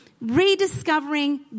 rediscovering